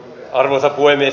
arvoisa puhemies